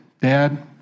Dad